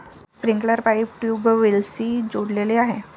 sprinkler pipe ट्यूबवेल्सशी जोडलेले आहे